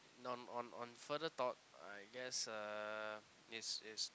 on on on further thought I guess uh is is to